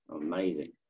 Amazing